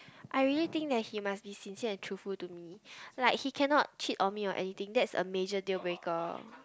I really think that he must be sincere and truthful to me like he cannot cheat on me or anything that's a major deal breaker